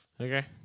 Okay